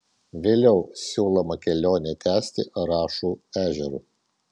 vėliau siūloma kelionę tęsti rašų ežeru